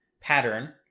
pattern